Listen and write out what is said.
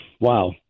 Wow